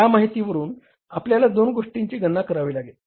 या माहितीवरून आपल्याला दोन गोष्टींची गणना करावी लागेल